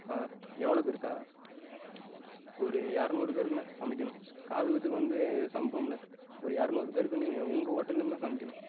ஆ எவ்வளோ பேருக்கா ஒரு இரநூறு பேருக்குண்ணே சமைக்கணும் காது குத்துக்கு வந்து சமைப்போம்ல ஒரு இரநூறு பேருக்கு நீங்கள் உங்கள் ஹோட்டலிருந்து தான் சமைக்கணும்